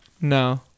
No